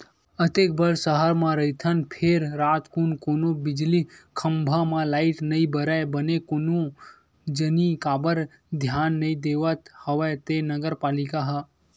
अतेक बड़ सहर म रहिथन फेर रातकुन कोनो बिजली खंभा म लाइट नइ बरय बने कोन जनी काबर धियान नइ देवत हवय ते नगर पालिका ह